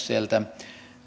sieltä